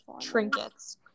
trinkets